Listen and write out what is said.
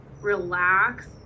relax